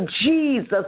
Jesus